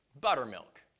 buttermilk